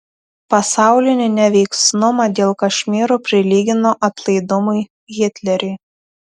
pasaulinį neveiksnumą dėl kašmyro prilygino atlaidumui hitleriui